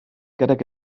gydag